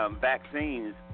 vaccines